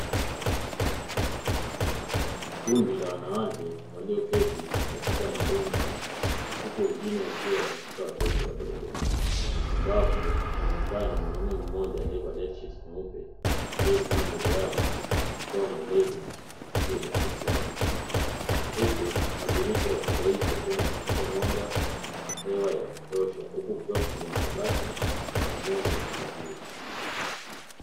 Kundi la wanawake walioketi katika mabenchi huku wengine wakiwa wamshika watoto wadogo; ambapo anaonekana mwanaume mmoja aliyevalia tisheti nyeupe aliyesimama mbele yao akitoa maelezo juu ya jambo fulani, huku madirisha ya chumba hichi yakiwa yanapitisha mwanga na hewa ya kutosha, huku kukiwa na makabati pamoja na "TV".